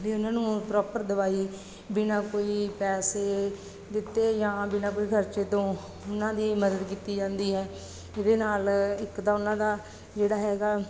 ਲਈ ਉਹਨਾਂ ਨੂੰ ਪ੍ਰੋਪਰ ਦਵਾਈ ਬਿਨਾ ਕੋਈ ਪੈਸੇ ਦਿੱਤੇ ਜਾਂ ਬਿਨਾ ਕੋਈ ਖਰਚੇ ਤੋਂ ਉਹਨਾਂ ਦੀ ਮਦਦ ਕੀਤੀ ਜਾਂਦੀ ਹੈ ਇਹਦੇ ਨਾਲ ਇੱਕ ਤਾਂ ਉਹਨਾਂ ਦਾ ਜਿਹੜਾ ਹੈਗਾ